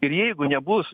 ir jeigu nebus